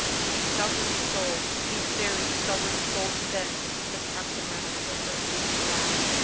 a stubborn soul, a very stubborn soul to bend, said captain reynolds, as though thinking aloud.